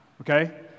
okay